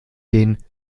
den